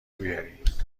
بیارین